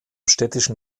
städtischen